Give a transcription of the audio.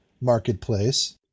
marketplace